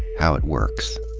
how it works.